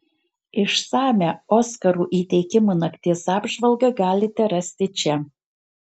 išsamią oskarų įteikimų nakties apžvalgą galite rasti čia